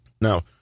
Now